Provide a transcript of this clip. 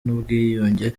n’ubwiyunge